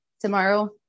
tomorrow